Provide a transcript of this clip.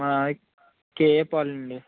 KA Paul అండి